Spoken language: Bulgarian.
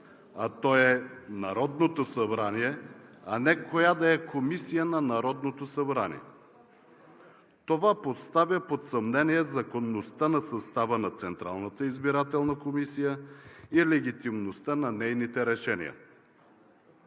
а той е Народното събрание, а не коя да е комисия на Народното събрание. Това поставя под съмнение законността на състава на Централната избирателна комисия и легитимността на нейните решения.